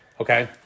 Okay